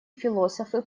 философы